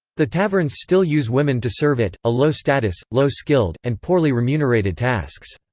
the taverns still use women to serve it, a low-status, low-skilled, and poorly remunerated tasks.